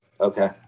Okay